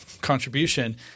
contribution